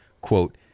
Quote